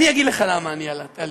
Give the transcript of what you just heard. אני אגיד לך למה אני עליתי: